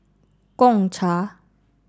Gong Cha